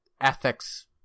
ethics